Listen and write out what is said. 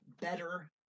better